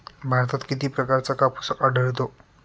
भारतात किती प्रकारचा कापूस आढळतो?